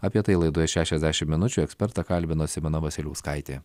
apie tai laidoje šešiasdešim minučių ekspertą kalbino simona vasiliauskaitė